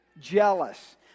jealous